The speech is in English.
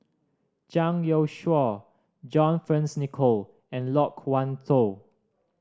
Zhang Youshuo John Fearns Nicoll and Loke Wan Tho